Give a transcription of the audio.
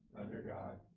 under god,